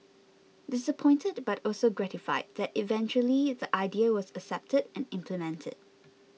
disappointed but also gratified that eventually the idea was accepted and implemented